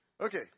Okay